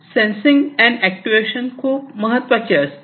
sensing and actuation खूप महत्त्वाचे असते